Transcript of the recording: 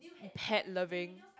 pet loving